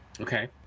Okay